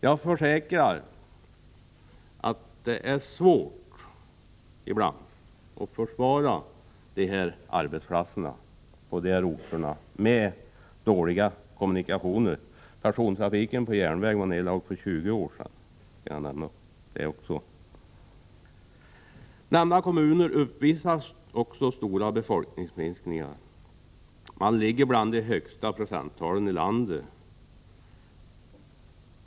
Jag försäkrar att det är svårt ibland att låt mig säga försvara arbetsplatserna på de här orterna, när de har så dåliga kommunikationer. Jag kan också tala om att persontrafiken på järnväg lades ned för 20 år sedan. Nämnda kommuner uppvisar också stor befolkningsminskning — man ligger på de högsta procenttalen i landet i detta avseende.